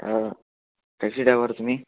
taxi driver तुमी